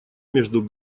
между